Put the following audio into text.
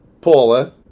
Paula